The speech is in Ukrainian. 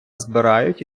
збирають